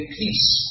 peace